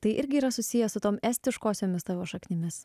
tai irgi yra susiję su tom estiškosiomis tavo šaknimis